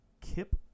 kip